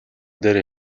дээрээ